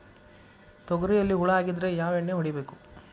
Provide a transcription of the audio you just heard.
ತೊಗರಿಯಲ್ಲಿ ಹುಳ ಆಗಿದ್ದರೆ ಯಾವ ಎಣ್ಣೆ ಹೊಡಿಬೇಕು?